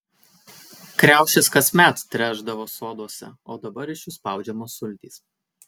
kriaušės kasmet trešdavo soduose o dabar iš jų spaudžiamos sultys